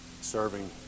serving